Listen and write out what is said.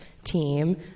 team